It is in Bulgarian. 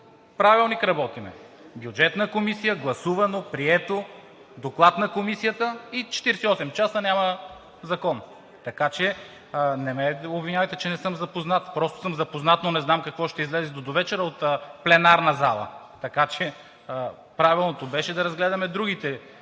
Правилник работим – в Бюджетната комисия гласувано, прието, Доклад на Комисията и 48 часа няма Закон. Така че не ме обвинявайте, че не съм запознат. Просто съм запознат, но не знам, какво ще излезе до довечера от пленарната зала. Правилното беше да разгледаме другите